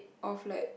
of like